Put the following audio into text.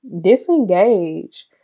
disengage